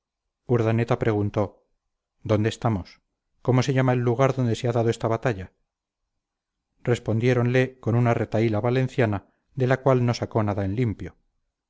urdaneta preguntó dónde estamos cómo se llama el lugar donde se ha dado esta batalla respondiéronle con una retahíla valenciana de la cual no sacó nada en limpio